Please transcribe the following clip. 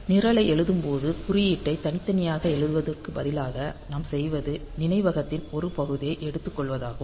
நிரலை எழுதும் போது குறியீட்டை தனித்தனியாக எழுதுவதற்கு பதிலாக நாம் செய்வது நினைவகத்தின் ஒரு பகுதியை எடுத்துக்கொள்வதாகும்